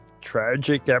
Tragic